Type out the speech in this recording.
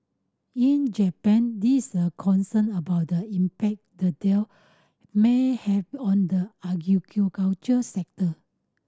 in Japan these are concern about the impact the deal may have on the sector